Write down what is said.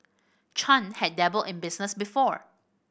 Chan had dabbled in business before